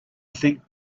think